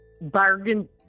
bargain